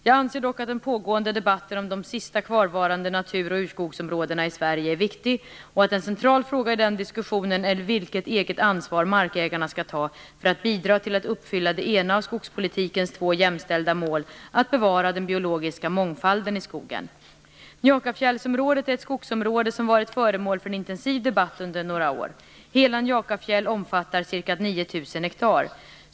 Jag anser dock att den pågående debatten om de sista kvarvarande natur och urskogsområdena i Sverige är viktig och att en central fråga i den diskussionen är vilket eget ansvar markägarna skall ta för att bidra till att uppfylla det ena av skogspolitikens två jämställda mål, att bevara den biologiska mångfalden i skogen. Njakafjällsområdet är ett skogsområde som varit föremål för en intensiv debatt under några år. Hela Njakafjäll omfattar ca 9 000 ha.